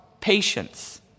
patience